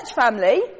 family